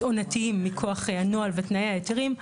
עונתיים מכוח הנוהל ותנאי ההיתרים.